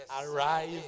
arrive